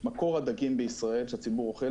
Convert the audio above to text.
מקור הדגים בישראל שהציבור אוכל,